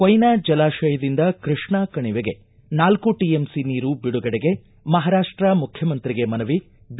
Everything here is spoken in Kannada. ಕೊಯ್ನಾ ಜಲಾಶಯದಿಂದ ಕೃಷ್ಣಾ ಕಣಿವೆಗೆ ನಾಲ್ಕು ಟಎಂಸಿ ನೀರು ಬಿಡುಗಡೆಗೆ ಮಹಾರಾಷ್ಟ ಮುಖ್ಯಮಂತ್ರಿಗೆ ಮನವಿ ಬಿ